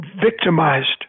victimized